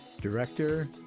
director